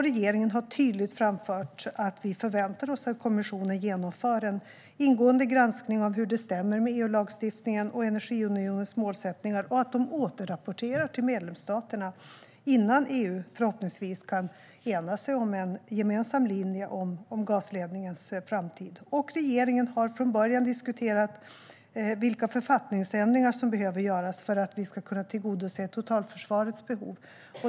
Regeringen har tydligt framfört att vi förväntar oss att kommissionen genomför en ingående granskning av hur detta stämmer med EU-lagstiftningen och med energiunionens målsättningar samt att man återrapporterar till medlemsstaterna innan EU, förhoppningsvis, kan enas om en gemensam linje om gasledningens framtid. Regeringen har från början diskuterat vilka författningsändringar som behöver göras för att vi ska kunna tillgodose totalförsvarets behov.